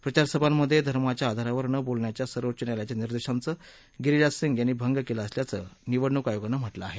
प्रचारसभांमधे धर्माच्या आधारावर न बोलण्याच्या सर्वोच्च न्यायालयाच्या निर्देशांचा गिरीराज सिंग यांनी भंग केला असल्याचं निवडणूक आयोगानं म्हटलं आहे